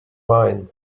wine